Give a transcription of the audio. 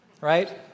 right